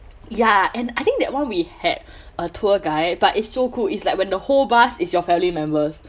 ya and I think that one we had a tour guide but it's so cool is like when the whole bus is your family members